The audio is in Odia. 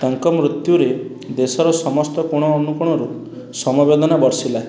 ତାଙ୍କ ମୃତ୍ୟୁରେ ଦେଶର ସମସ୍ତ କୋଣ ଅନୁକୋଣରୁ ସମବେଦନା ବର୍ଷିଲା